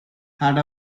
had